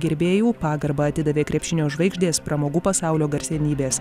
gerbėjų pagarbą atidavė krepšinio žvaigždės pramogų pasaulio garsenybės